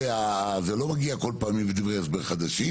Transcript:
זה לא מגיע כל פעם עם דברי הסבר חדשים